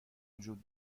وجود